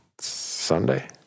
Sunday